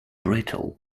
brittle